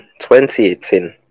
2018